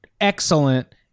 excellent